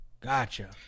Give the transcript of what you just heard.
Gotcha